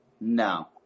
No